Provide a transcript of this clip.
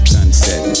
Sunset